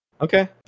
Okay